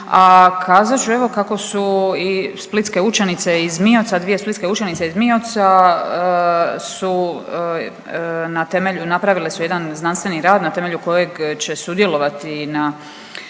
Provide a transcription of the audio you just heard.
a kazat ću evo kako su i splitske učenice iz MIOC-a, dvije splitske učenice iz MIOC-a su na temelj… napravile su jedan znanstveni rad na temelju kojeg će sudjelovati na